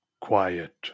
quiet